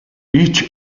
each